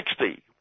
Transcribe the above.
sixty